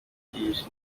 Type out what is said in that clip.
ibyihishe